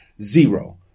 Zero